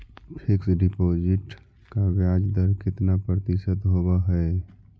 Fix deposit का ब्याज दर कितना प्रतिशत होब है?